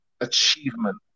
achievement